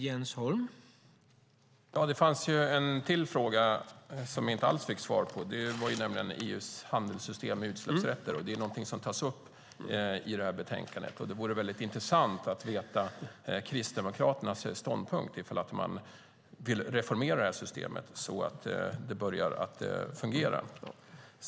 Herr talman! Det fanns ju en fråga till som inte alls fick svar, nämligen om EU:s handelssystem med utsläppsrätter. Det är ju någonting som tas upp i det här betänkandet. Det vore väldigt intressant att få veta Kristdemokraternas ståndpunkt, om man vill reformera det här systemet så att det börjar fungera.